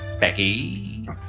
Becky